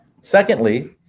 Secondly